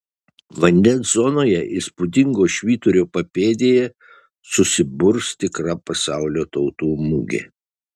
vandens zonoje įspūdingo švyturio papėdėje susiburs tikra pasaulio tautų mugė